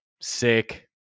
sick